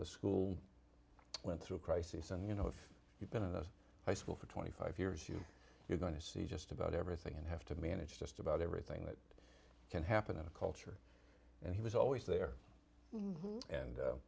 the school went through a crisis and you know if you've been a high school for twenty five years you you're going to see just about everything and have to manage just about everything that can happen in a culture and he was always there